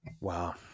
Wow